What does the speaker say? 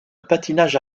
patinage